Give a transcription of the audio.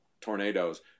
tornadoes